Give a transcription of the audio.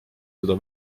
seda